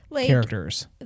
characters